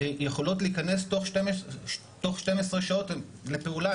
יכולות להיכנס תוך 12 שעות לפעולה.